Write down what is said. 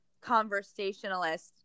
conversationalist